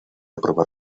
aprobar